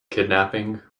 kidnapping